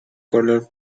color